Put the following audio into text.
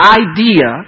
idea